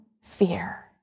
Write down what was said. fear